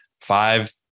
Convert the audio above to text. five